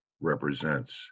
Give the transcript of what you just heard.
represents